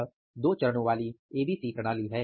यह दो चरणों वाली ABC प्रणाली है